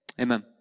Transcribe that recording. Amen